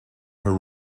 her